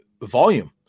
volume